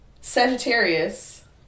Sagittarius